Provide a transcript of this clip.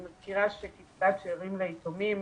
אני מזכירה שקצבת שארים ליתומים